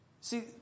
See